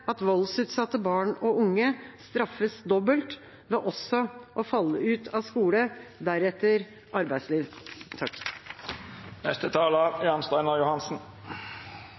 at voldsutsatte barn og unge straffes dobbelt ved også å falle ut av skole og deretter arbeidsliv?